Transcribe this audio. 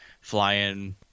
flying